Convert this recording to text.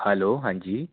hello ਹਾਂਜੀ